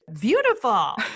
Beautiful